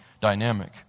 dynamic